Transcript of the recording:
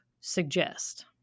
suggest